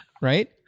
Right